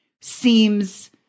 seems